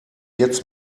jetzt